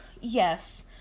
Yes